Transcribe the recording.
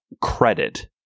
credit